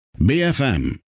BFM